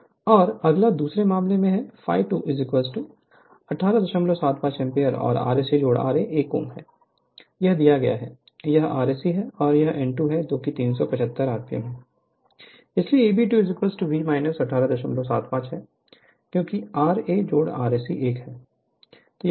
Refer Slide Time 1749 और अगला दूसरे मामले में है ∅2 1875 एम्पीयर और Rse ra 1 Ω है यह दिया गया है यह Rse है और यह n2 है 375 आरपीएम इसलिए Eb2 V 1875 है कि ra Rse 1 है